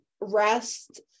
rest